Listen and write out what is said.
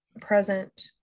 present